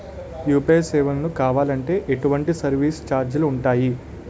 UPI సేవలను కావాలి అంటే ఎటువంటి సర్విస్ ఛార్జీలు ఉంటాయి?